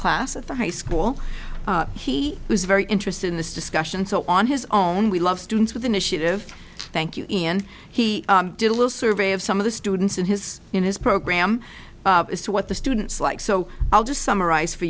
class at the high school he was very interested in this discussion so on his own we love students with initiative thank you and he did a little survey of some of the students in his in his program as to what the students like so i'll just summarize for